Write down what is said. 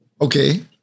Okay